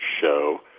show